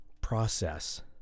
process